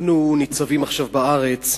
אנחנו ניצבים עכשיו, בארץ,